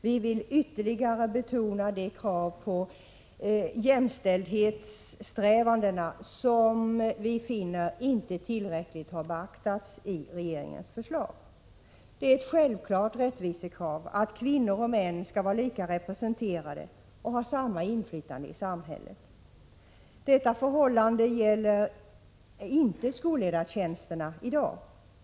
Vi vill ytterligare betona kravet på jämställdhetssträvandena, som vi finner inte tillräckligt har beaktats i regeringens förslag. Det är ett självklart rättvisekrav att kvinnor och män skall vara lika representerade och ha samma inflytande i samhället. Detta förhållande gäller inte skolledartjänsterna i dag.